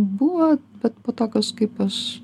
buvo bet po to kažkaip aš